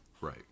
Right